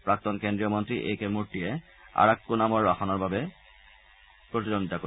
প্ৰাক্তন কেন্দ্ৰীয় মন্ত্ৰী এ কে মূৰ্তিয়ে আৰাক্কোনামৰ আসনৰ বাবে প্ৰতিদ্বন্দ্বিতা কৰিব